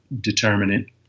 determinant